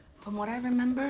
from what i remember,